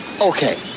Okay